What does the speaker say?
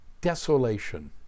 Desolation